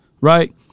right